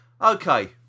Okay